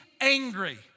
angry